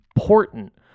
important